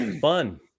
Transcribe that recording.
fun